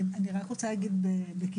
אני רק רוצה להגיד בקיצור,